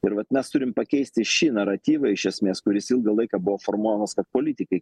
ir vat mes turim pakeisti šį naratyvą iš esmės kuris ilgą laiką buvo formuojamas kad politikai